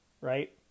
right